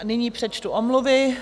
Nyní přečtu omluvy.